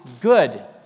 good